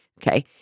Okay